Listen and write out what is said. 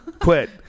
Quit